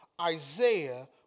Isaiah